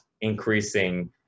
increasing